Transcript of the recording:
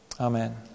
Amen